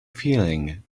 feeling